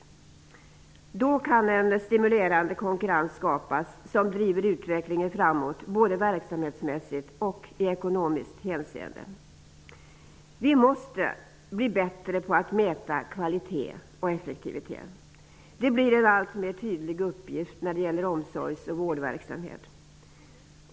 På det sättet kan en stimulerande konkurrens skapas som driver utvecklingen framåt, både verksamhetsmässigt och i ekonomiskt hänseende. Vi måste bli bättre på att mäta kvalitet och effektivitet. Det blir en alltmer tydlig uppgift när det gäller omsorgs och vårdverksamhet.